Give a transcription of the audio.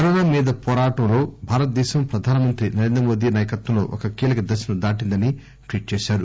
corona మీద పోరాటంలో భారతదేశం ప్రధానమంత్రి నరేంద్ర మోదీ నాయకత్వంలో ఒక కీలక దశను దాటిందని ట్వీట్ చేశారు